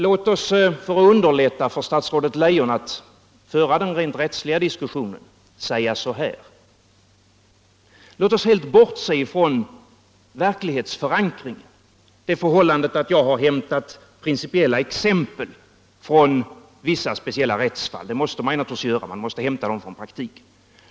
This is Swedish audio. Låt mig för att underlätta för statsrådet Leijon att föra den rent rättsliga diskussionen säga så här. Låt oss helt bortse från verklighetsförankringen, det förhållandet att jag har hämtat principiella exempel från vissa praktiska rättsfall. Det är något som man naturligtvis måste göra.